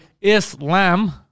Islam